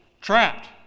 trapped